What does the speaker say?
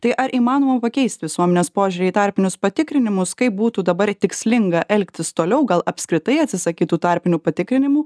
tai ar įmanoma pakeist visuomenės požiūrį į tarpinius patikrinimus kaip būtų dabar tikslinga elgtis toliau gal apskritai atsisakyt tų tarpinių patikrinimų